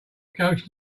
ghost